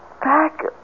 back